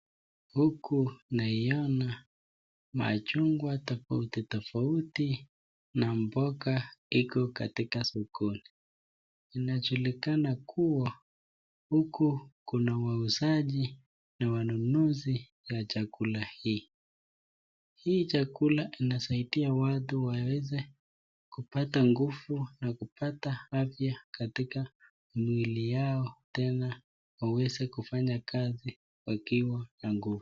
Huku naiona machungwa tofauti tofauti na mboga iko katika sokoni . Inajulikana kuwa huku kuna wauzaji na wanunuzi ya chakula hii. Hii chakula inasaidia watu waweze kupata nguvu na kupata afya katika mwili yao tena waweze kufanya kazi wakiwa na nguvu.